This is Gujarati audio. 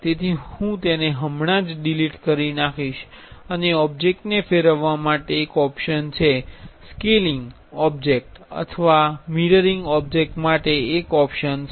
તેથી હું તેને હમણાં જ ડિલિટ કરી નાખીશ અને ઓબ્જેક્ટને ફેરવવા માટે એક ઓપ્શન છે સ્કેલિંગ ઓબ્જેક્ટ અથવા મિરરિંગ ઓબ્જેક્ટ માટે એક ઓપ્શન છે